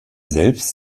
selbst